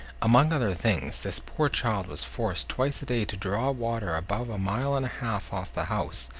among other things, this poor child was forced twice a day to draw water above a mile and a-half off the house,